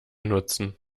nutzen